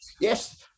Yes